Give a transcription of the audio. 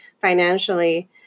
financially